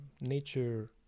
nature